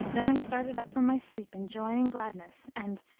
then i started up from my sleep in joy and gladness and,